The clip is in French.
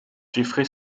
jeffrey